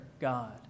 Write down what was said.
God